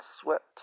swept